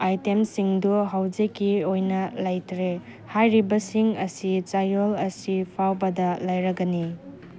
ꯑꯥꯏꯇꯦꯝꯁꯤꯡꯗꯨ ꯍꯧꯖꯤꯛꯀꯤ ꯑꯣꯏꯅ ꯂꯩꯇ꯭ꯔꯦ ꯍꯥꯏꯔꯤꯕꯁꯤꯡ ꯑꯁꯤ ꯆꯌꯣꯜ ꯑꯁꯤ ꯐꯥꯎꯕꯗ ꯂꯩꯔꯒꯅꯤ